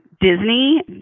Disney